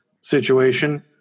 situation